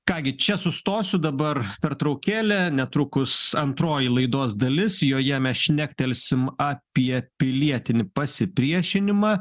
ką gi čia sustosiu dabar pertraukėlė netrukus antroji laidos dalis joje mes šnektelsim apie pilietinį pasipriešinimą